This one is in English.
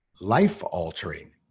life-altering